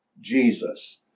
Jesus